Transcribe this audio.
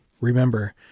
Remember